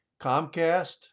Comcast